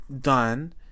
done